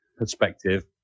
perspective